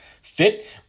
fit